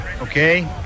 Okay